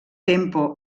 tempo